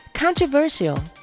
Controversial